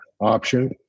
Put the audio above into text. option